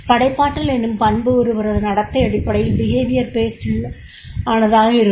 படைப்பாற்றல் எனும் பண்பு ஒருவரது நடத்தை அடிப்படை யிலானதாகத் தான் இருக்கும்